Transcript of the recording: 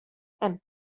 and